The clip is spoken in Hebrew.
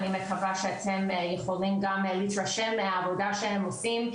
אני מקווה שאתם יכולים גם להתרשם מהעבודה שהם עושים,